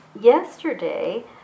yesterday